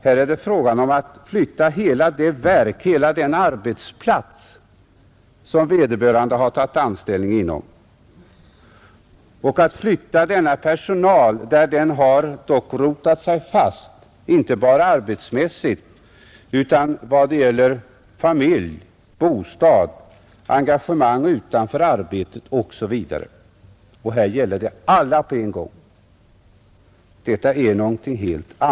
Här är det fråga om att flytta hela det verk, hela den arbetsplats där vederbörande tagit anställning, att flytta hela personalen när den dock rotat sig fast inte bara arbetsmässigt utan vad gäller familj, bostad, engagemang utanför arbetet osv. Här skall alla flyttas på en gång, och det är, som sagt något helt annat.